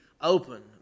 open